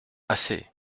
assez